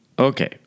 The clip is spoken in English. Okay